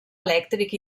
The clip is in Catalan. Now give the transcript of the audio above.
elèctric